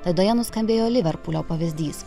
laidoje nuskambėjo liverpulio pavyzdys